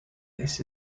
this